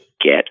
get